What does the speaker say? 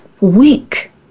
weak